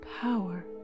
Power